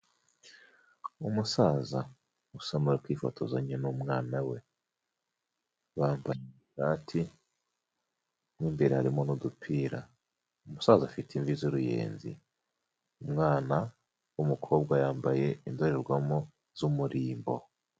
Umusaza usamara akifotozanya n'umwana we, bambaye ishati mo imbere harimo n'udupira; umusaza afite imvi z'uruyenzi, umwana w'umukobwa yambaye indorerwamo z'umurimbo.